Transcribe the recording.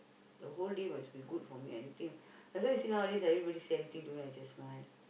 the whole day must be good for me and anything that's why you see nowadays when anybody say anything to me I just smile